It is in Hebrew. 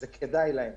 זה כדאי להן.